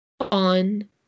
On